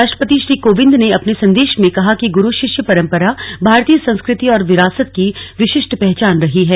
राष्ट्रपति श्री कोविंद ने अपने संदेश में कहा कि गुरु शिष्य परम्परा भारतीय संस्कृति और विरासत की विशिष्ट पहचान रही है